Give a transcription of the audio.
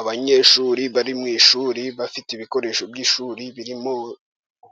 Abanyeshuri bari mu ishuri, bafite ibikoresho by'ishuri birimo: